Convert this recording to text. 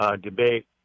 debate